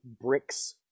bricks